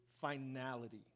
finality